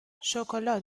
شکلات